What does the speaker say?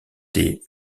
des